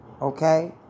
Okay